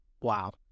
wow